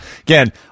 again